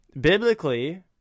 biblically